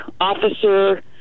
officer